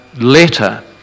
letter